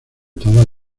todas